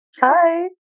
Hi